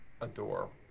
adore